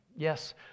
Yes